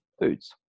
foods